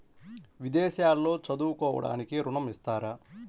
విదేశాల్లో చదువుకోవడానికి ఋణం ఇస్తారా?